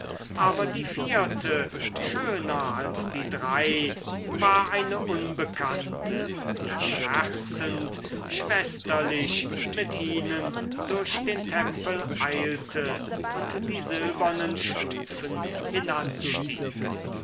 aber die vierte schöner als die drei war eine unbekannte die scherzend schwesterlich mit ihnen durch den tempel eilte und die silbernen stufen hinanstieg